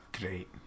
great